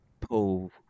pull